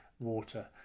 Water